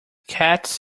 cats